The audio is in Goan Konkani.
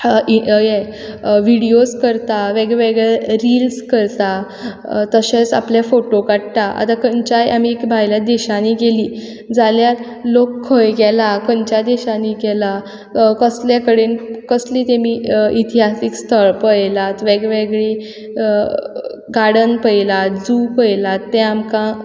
हें विडियोस करता वेगवेगळे रिल्स करतात तशेंच आपले फोटो काडटात आतां खंयच्याय आमी भायल्या देशांनी गेलीं जाल्यार लोक खंय गेला खंयच्या देशांनी गेला कसल्या कडेन कसली गेमी इतिहासीक स्थळ पळयला वेगवेगळी गार्डन पळयलां जू पयलां तें म्हाका कयटा